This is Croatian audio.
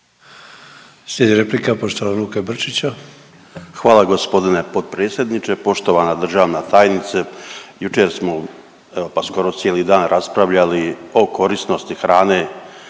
Slijedi replika poštovanog Luke Brčića. **Brčić, Luka (HDZ)** Hvala g. potpredsjedniče. Poštovana državna tajnice, jučer smo evo pa skoro cijeli dan raspravljali o korisnosti hrane